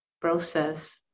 process